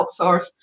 outsource